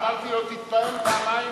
אמרתי לו: תתפאר פעמיים,